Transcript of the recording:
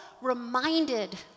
reminded